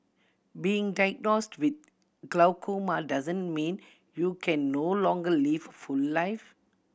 being diagnosed with glaucoma doesn't mean you can no longer live full life